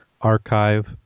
archive